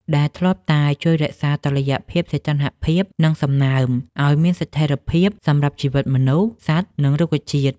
ដែលធ្លាប់តែជួយរក្សាតុល្យភាពសីតុណ្ហភាព និងសំណើមឱ្យមានស្ថិរភាពសម្រាប់ជីវិតមនុស្ស សត្វ និងរុក្ខជាតិ។